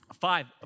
five